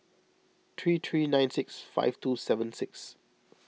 three three nine six five two seven six